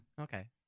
Okay